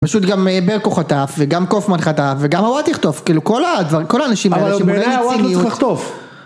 פשוט גם ברקו חטף, וגם קופמן חטף, וגם הוואטי יחטוף כאילו כל האנשים האלה שמונעים מציניות